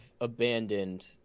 abandoned